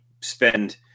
spend